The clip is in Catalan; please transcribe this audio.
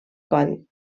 coll